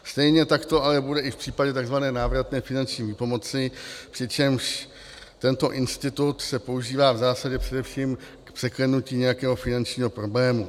Stejně tak to bude ale i v případě tzv. návratné finanční výpomoci, přičemž tento institut se používá v zásadě především k překlenutí nějakého finančního problému.